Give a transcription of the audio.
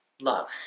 Love